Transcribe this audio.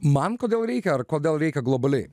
man kodėl reikia ar kodėl reikia globaliai